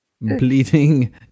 bleeding